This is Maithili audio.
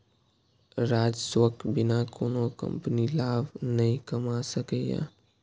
राजस्वक बिना कोनो कंपनी लाभ नहि कमा सकैए